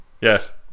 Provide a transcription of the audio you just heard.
Yes